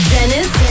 Dennis